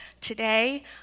Today